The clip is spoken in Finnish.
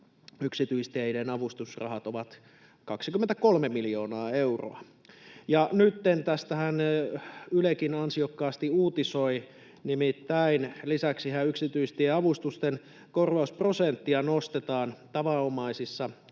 yksityisteiden avustusrahat ovat 23 miljoonaa euroa. Nytten tästähän Ylekin ansiokkaasti uutisoi, nimittäin lisäksihän yksityistieavustusten korvausprosenttia nostetaan tavanomaisissa teiden